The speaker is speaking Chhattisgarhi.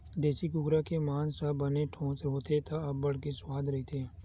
देसी कुकरा के मांस ह बने ठोस होथे त अब्बड़ के सुवाद रहिथे